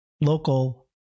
local